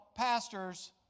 Pastors